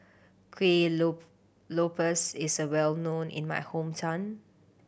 kueh lope lopes is well known in my hometown